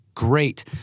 great